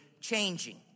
changing